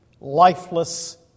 lifeless